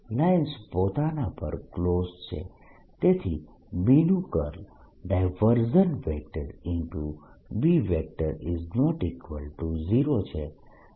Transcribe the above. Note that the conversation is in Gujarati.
લાઇન્સ પોતાના પર ક્લોઝડ છે તેથી B નું કર્લ B ≠ 0 છે